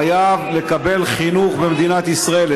חייב לקבל חינוך במדינת ישראל.